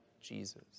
Jesus